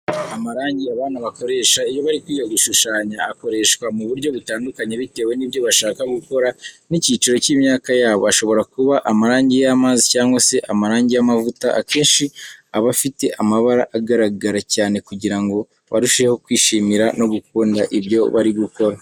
Amarangi abana bakoresha iyo bari kwiga gushushanya, akoreshwa mu buryo butandukanye bitewe n'ibyo bashaka gukora n'icyiciro cy'imyaka yabo. Ashobora kuba amarangi y'amazi cyangwa se amarangi y’amavuta. Akenshi aba afite amabara agaragara cyane kugira ngo barusheho kwishimira no gukunda ibyo bari gukora.